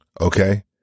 Okay